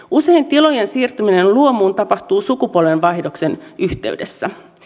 usein tilojen siirtyminen luomuun tapahtuu sukupolvenvaihdoksen yhteydessä